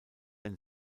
ein